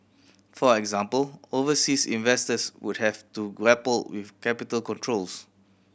for example overseas investors would have to grapple with capital controls